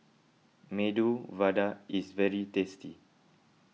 Medu Vada is very tasty